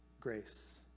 Grace